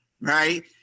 right